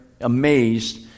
amazed